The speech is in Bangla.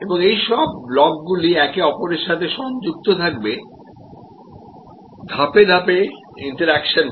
এবং এই সব ব্লকগুলি একে অপরের সাথে সংযুক্ত থাকবে ধাপে ধাপে ইন্তেরাকশন করে